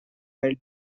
were